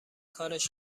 کارش